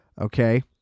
okay